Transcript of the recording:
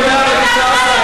מה זה הדבר הזה?